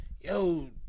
yo